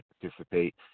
participate